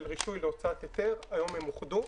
של רישוי להוצאת היתר היום הם אוחדו.